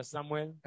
Samuel